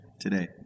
today